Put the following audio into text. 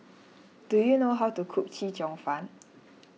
do you know how to cook Chee Cheong Fun